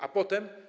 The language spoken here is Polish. A potem?